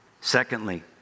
Secondly